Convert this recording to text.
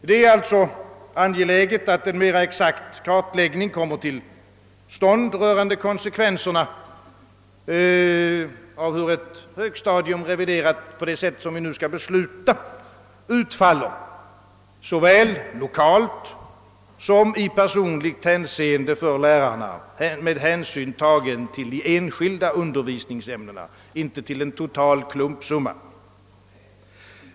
Det är alltså angeläget, att en mera exakt kartläggning kommer till stånd rörande konsekvenserna av hur ett högstadium, reviderat på det sätt som vi nu skall besluta, utfaller i såväl lokalt som personligt hänseende för lärarna med hänsyn tagen till de enskilda undervisningsämnena, inte till en total klumpsumma.